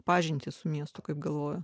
pažintį su miestu kaip galvojo